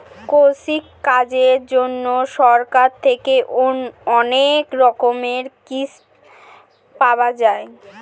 কৃষিকাজের জন্যে সরকার থেকে অনেক রকমের স্কিম পাওয়া যায়